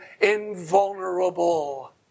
invulnerable